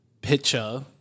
picture